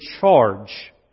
charge